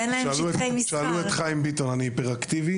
באמת אין כדאיות לשדרג אותם,